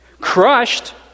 Crushed